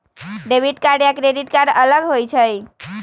Debit card या credit card अलग होईछ ई?